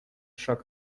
шаг